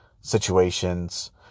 situations